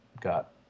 got